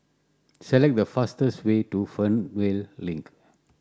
select the fastest way to Fernvale Link